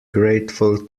grateful